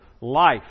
life